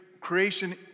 creation